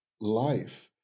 life